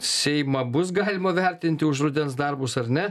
seimą bus galima vertinti už rudens darbus ar ne